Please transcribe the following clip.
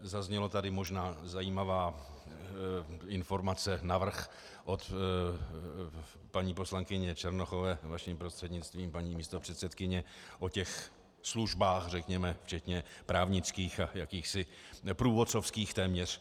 Zazněla tady možná zajímavá informace navrch od paní poslankyně Černochové vaším prostřednictvím, paní místopředsedkyně o těch službách, řekněme, včetně právnických a jakýchsi průvodcovských téměř.